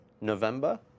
November